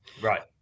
Right